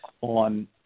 on